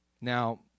Now